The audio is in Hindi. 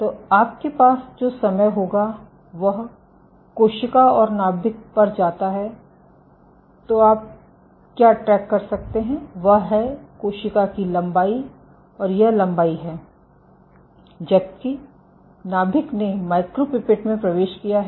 तो आपके पास जो समय होगा वह कोशिका और नाभिक पर जाता है तो आप क्या ट्रैक कर सकते हैं वह है कोशिका की लंबाई और यह लंबाई है जबकि नाभिक ने मिक्रोपिपेट में प्रवेश किया है